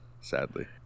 sadly